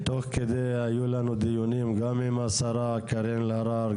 תוך כדי היו לנו דיונים גם עם השרה קארין אלהרר,